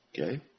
Okay